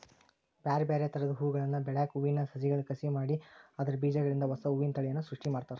ಬ್ಯಾರ್ಬ್ಯಾರೇ ತರದ ಹೂಗಳನ್ನ ಬೆಳ್ಯಾಕ ಹೂವಿನ ಸಸಿಗಳ ಕಸಿ ಮಾಡಿ ಅದ್ರ ಬೇಜಗಳಿಂದ ಹೊಸಾ ಹೂವಿನ ತಳಿಯನ್ನ ಸೃಷ್ಟಿ ಮಾಡ್ತಾರ